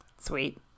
Sweet